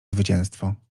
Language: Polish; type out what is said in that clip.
zwycięstwo